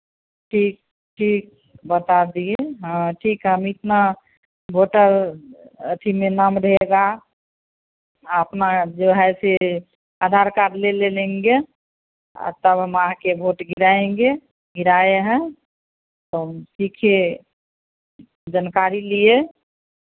ठीक ठीक बता दिए हँ ठीक है इतना वोटर अथी में नाम रहेगा आ अपना जो है सो आधार कार्ड ले लेंगे आ तब हम आ कर वोट गिराएंगे गिराए हैं तो हम सीखे जानकारी लिए